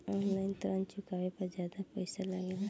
आन line ऋण चुकावे पर ज्यादा पईसा लगेला?